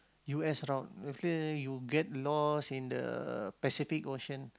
U_S drought after you get lost in the Pacific Ocean